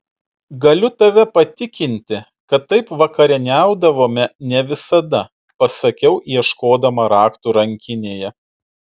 galiu tave patikinti kad taip vakarieniaudavome ne visada pasakiau ieškodama raktų rankinėje